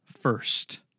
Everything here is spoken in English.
first